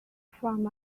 from